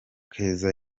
keza